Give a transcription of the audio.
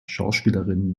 schauspielerin